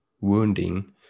wounding